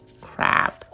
crap